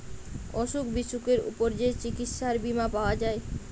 অসুখ বিসুখের উপর যে চিকিৎসার বীমা পাওয়া যায়